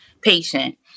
patient